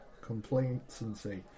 complacency